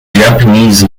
japanese